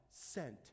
sent